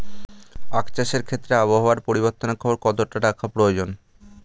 আখ চাষের ক্ষেত্রে আবহাওয়ার পরিবর্তনের খবর কতটা রাখা প্রয়োজন?